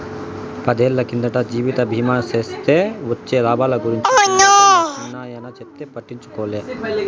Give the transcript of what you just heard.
పదేళ్ళ కిందట జీవిత బీమా సేస్తే వొచ్చే లాబాల గురించి కిందటే మా చిన్నాయన చెప్తే పట్టించుకోలే